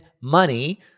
money